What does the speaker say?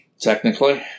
Technically